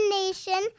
nation